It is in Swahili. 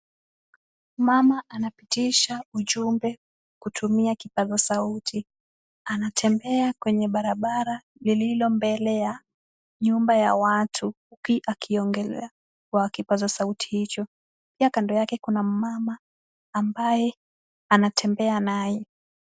Mama anapitisha ujumbe kutumia kipaza sauti. Anatembea kwenye barabara lililo mbele ya nyumba ya watu huku akiongelelea kwa kipaza sauti hicho. Pia kando yake kuna mumama ambaye anatembea naye.